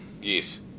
Yes